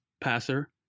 passer